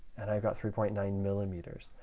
and i've got three point nine millimeters.